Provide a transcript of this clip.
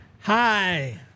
Hi